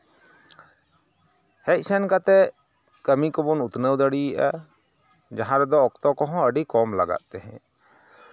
ᱦᱮᱡ ᱥᱮᱱ ᱠᱟᱛᱮ ᱠᱟᱹᱢᱤ ᱠᱚᱵᱚᱱ ᱩᱛᱱᱟᱹᱣ ᱫᱟᱹᱲᱤᱭᱟᱜᱼᱟ ᱡᱟᱦᱟᱸᱨᱮᱫᱚ ᱚᱠᱛᱚ ᱠᱚᱦᱚᱸ ᱟᱹᱰᱤ ᱠᱚᱢ ᱞᱟᱜᱟᱜ ᱛᱮᱦᱮᱸᱡ